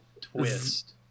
twist